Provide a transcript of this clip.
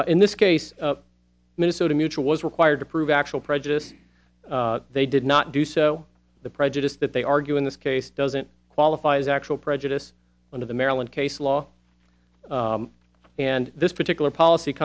insurer in this case minnesota mutual was required to prove actual prejudice they did not do so the prejudice that they argue in this case doesn't qualify as actual prejudice on of the maryland case law and this particular policy